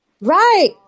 Right